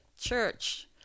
Church